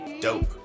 dope